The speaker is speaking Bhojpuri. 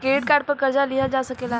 क्रेडिट कार्ड पर कर्जा लिहल जा सकेला